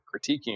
critiquing